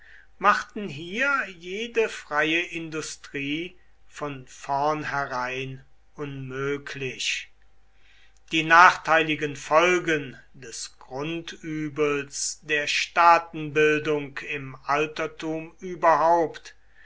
machten hier jede freie industrie von vornherein unmöglich die nachteiligen folgen des grundübels der staatenbildung im altertum überhaupt